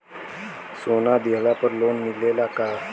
सोना दिहला पर लोन मिलेला का?